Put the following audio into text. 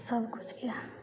सबकिछुके